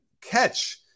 catch